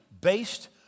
based